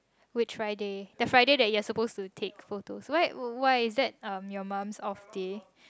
which Friday the Friday that you are supposed to take photo why why is that um your mum's off day